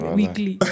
weekly